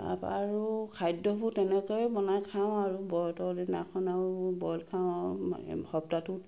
তাপা আৰু খাদ্যবোৰ তেনেকৈয়ে বনাই খাওঁ আৰু ব্ৰতৰ দিনাখন আৰু বইল খাওঁ আৰু সপ্তাহটোত